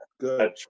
good